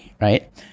right